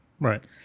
Right